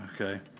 Okay